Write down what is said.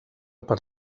per